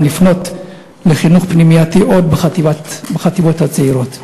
לפנות לחינוך פנימייתי כבר בחטיבות הצעירות?